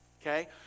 okay